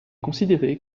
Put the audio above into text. considéré